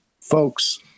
folks